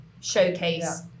showcase